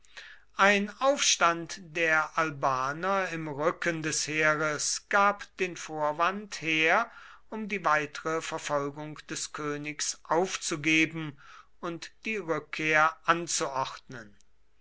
ein aufstand der albaner im rücken des heeres gab den vorwand her um die weitere verfolgung des königs aufzugeben und die rückkehr anzuordnen